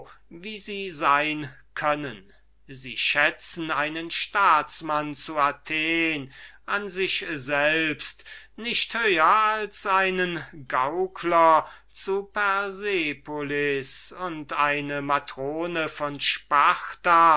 wie sie sein können sie schätzen einen staatsmann zu athen an sich selbst nicht höher als einen gaukler zu persepolis und eine ehrbare matrone von